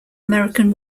american